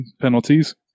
penalties